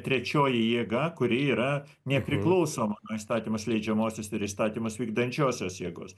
trečioji jėga kuri yra nepriklausoma nuo įstatymus leidžiamosios ir įstatymus vykdančiosios jėgos